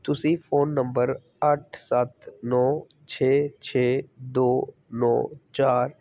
ਤੁਸੀਂ phone number ਅੱਠ ਸੱਤ ਨੌਂ ਛੇ ਛੇ ਦੋ ਨੌਂ ਚਾਰ